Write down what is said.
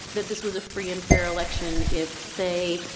that this was a free and fair election if, say,